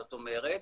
זאת אומרת,